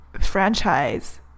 franchise